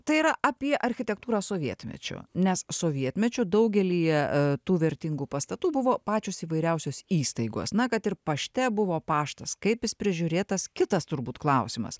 tai yra apie architektūrą sovietmečiu nes sovietmečiu daugelyje e tų vertingų pastatų buvo pačios įvairiausios įstaigos na kad ir pašte buvo paštas kaip jis prižiūrėtas kitas turbūt klausimas